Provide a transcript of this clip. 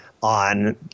on